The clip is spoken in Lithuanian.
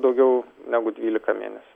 daugiau negu dvylika mėnesių